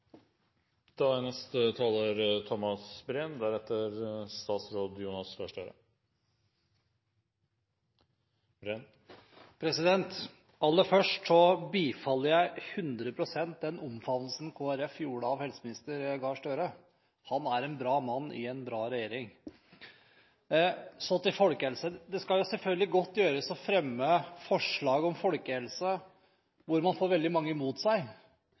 Aller først bifaller jeg 100 pst. Kristelig Folkepartis omfavnelse av helseminister Gahr Støre. Han er en bra mann i en bra regjering. Så til folkehelse. Det skal selvfølgelig godt gjøres å fremme forslag om folkehelse hvor man får veldig mange imot seg,